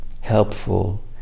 helpful